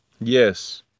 Yes